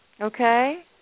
Okay